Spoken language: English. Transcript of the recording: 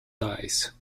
eyes